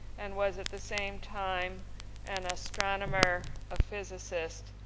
and was at the same time an astronomer, a physicist,